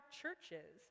churches